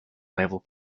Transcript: level